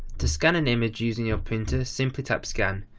to scan an image using your printer simply tap scan,